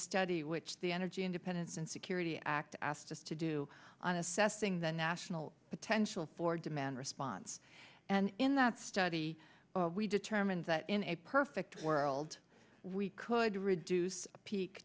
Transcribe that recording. study which the energy independence and security act asked us to do on assessing the national potential for demand response and in that study we determined that in a perfect world we could reduce peak